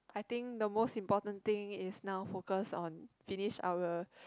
I think the most important thing is now focus on finish our